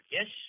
Yes